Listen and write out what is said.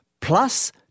plus